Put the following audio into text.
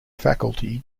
faculty